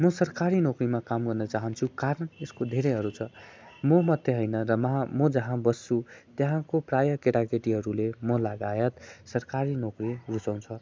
म सरकारी नोकरीमा काम गर्न चाहन्छु कारण यसको धेरैहरू छ म मात्रै होइन र महा म जहाँ बस्छु त्यहाँको प्रायः केटाकेटीहरूले मलगायत सरकारी नोकरी रुचाउँछ